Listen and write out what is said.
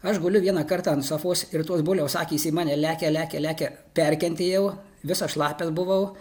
aš galiu vieną kartą ant sofos ir tos buliaus akis į mane lekia lekia lekia perkentėjau visas šlapias buvau